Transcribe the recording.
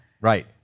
Right